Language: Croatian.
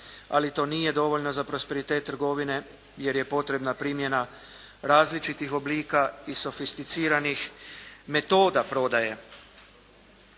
Ali, to nije dovoljno za prosperitet trgovine jer je potrebna primjena različitih oblika i sofisticiranih metoda prodaje,